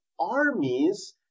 armies